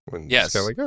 Yes